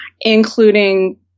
including